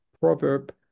proverb